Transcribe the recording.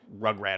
Rugrat